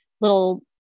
little